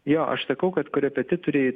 jo aš sakau kad korepetitoriai